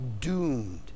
doomed